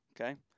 Okay